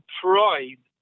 pride